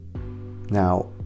Now